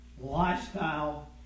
lifestyle